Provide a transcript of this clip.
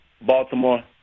Baltimore